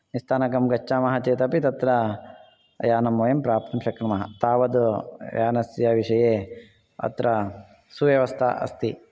निस्थानकं गच्छामः चेत् अपि तत्र यानं वयं प्राप्तुं शक्नुमः तावत् यानस्य विषये अत्र सुव्यवस्था अस्ति